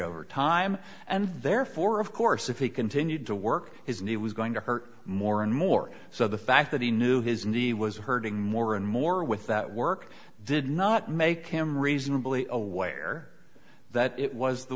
over time and therefore of course if he continued to work his knee was going to hurt more and more so the fact that he knew his knee was hurting more and more with that work did not make him reasonably aware that it was the